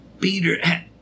Peter